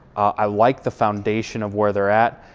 i like the foundation of where they're at.